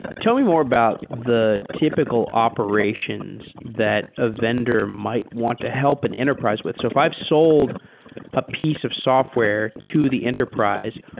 tell me more about the typical operations that a vendor might want to help an enterprise with. so if i've sold a piece of software to the enterprise,